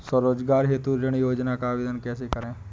स्वरोजगार हेतु ऋण योजना का आवेदन कैसे करें?